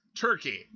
turkey